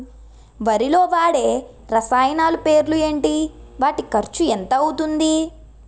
వరిలో వాడే రసాయనాలు పేర్లు ఏంటి? వాటి ఖర్చు ఎంత అవతుంది?